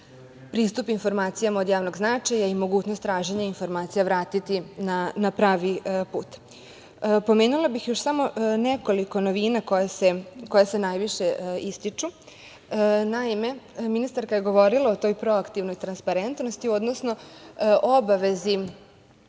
pristup informacijama od javnog značaja i mogućnost traženja informacija vratiti na pravi put. Pomenula bih još samo nekoliko novina koje se najviše ističu. Naime, ministarka je govorila o toj proaktivnoj transparentnosti, odnosno obavezi